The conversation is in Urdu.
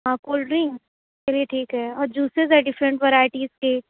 کولڈ ڈرنک چلیے ٹھیک ہے اور جوسیز ہیں ڈفرنٹ ویرائیٹیز کے